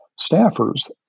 staffers